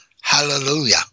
Hallelujah